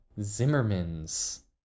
Zimmerman's